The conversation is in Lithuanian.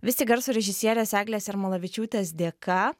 vis tik garso režisierės eglės jarmalavičiūtės dėka